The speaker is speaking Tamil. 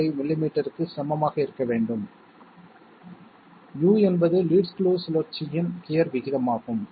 005 மில்லிமீட்டருக்கு சமமாக இருக்க வேண்டும் U என்பது லீட் ஸ்க்ரூ சுழற்சியின் கியர் விகிதமாகும்